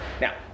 Now